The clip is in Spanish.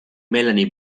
melanie